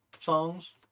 songs